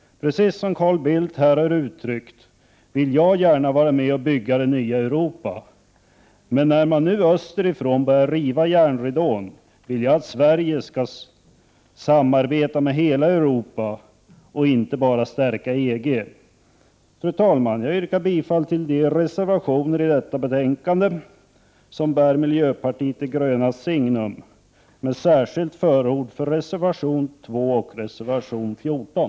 Precis som Carl Bildt här har uttryckt vill jag gärna vara med och bygga det nya Europa. Men när man nu österifrån börjar riva järnridån, vill jag att Sverige skall samarbeta med hela Europa och inte bara stärka EG. Fru talman! Jag yrkar bifall till de reservationer i detta betänkande som bär miljöpartiet de grönas signum med särskilt förord för reservationerna 2 och 14.